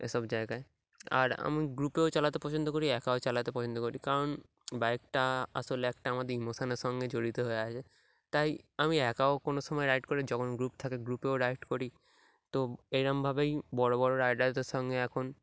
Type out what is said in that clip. এসব জায়গায় আর আমি গ্রুপেও চালাতে পছন্দ করি একাও চালাতে পছন্দ করি কারণ বাইকটা আসলে একটা আমাদের ইমোশানের সঙ্গে জড়িত হয়ে আছে তাই আমি একাও কোনো সময় রাইড করি যখন গ্রুপ থাকে গ্রুপেও রাইড করি তো এরমভাবেই বড়ো বড়ো রাইডারদের সঙ্গে এখন